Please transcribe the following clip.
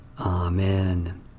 Amen